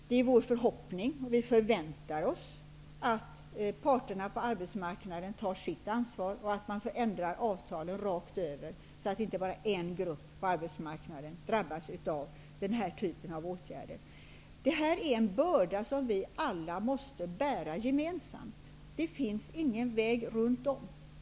Det är vår förhoppning - vi förväntar oss det - att parterna på arbetsmarknaden tar sitt ansvar och ändrar avtalen rakt över, så att inte bara en grupp på arbetsmarknaden drabbas av den här typen av åtgärder. Det här är en börda som vi alla måste bära gemensamt. Det finns ingen väg runt det.